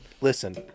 Listen